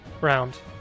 round